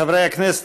חברי הכנסת,